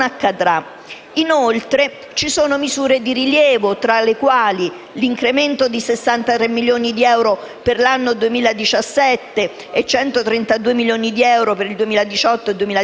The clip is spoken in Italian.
Inoltre, ci sono misure di rilievo tra le quali l'incremento di 63 milioni di euro per l'anno 2017 e di 132 milioni di euro per il 2018 e 2019